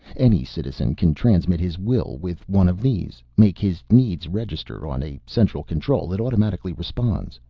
any citizen can transmit his will with one of these, make his needs register on a central control that automatically responds.